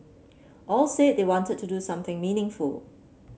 all said they wanted to do something meaningful